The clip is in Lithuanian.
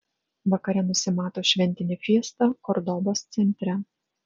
vakare nusimato šventinė fiesta kordobos centre